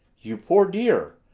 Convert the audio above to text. you poor dear!